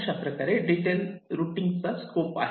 अशाप्रकारे detail routing scope आहे